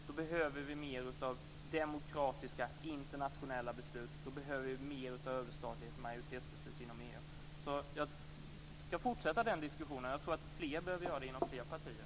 Då behöver vi mer av demokratiska, internationella beslut och mer av överstatlighet med majoritetsbeslut inom EU. Jag ska fortsätta den diskussionen, och jag tror att fler behöver göra det inom fler partier.